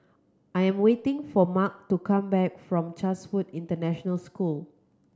I am waiting for Mark to come back from Chatsworth International School